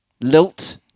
lilt